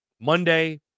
Monday